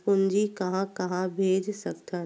पूंजी कहां कहा भेज सकथन?